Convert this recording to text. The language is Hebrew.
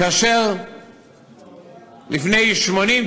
כאשר לפני 80,